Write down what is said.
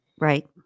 Right